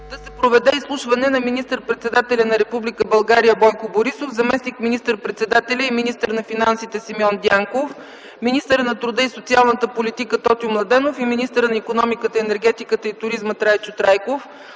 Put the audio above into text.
да се проведе изслушване на министър-председателя на Република България Бойко Борисов, заместник министър-председателя и министър на финансите Симеон Дянков, министъра на труда и социалната политика Тотю Младенов и министъра на икономиката, енергетиката и туризма Трайчо Трайков